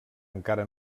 encara